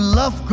love